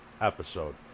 episode